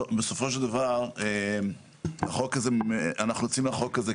בסופו של דבר אנחנו יוצאים לחוק הזה,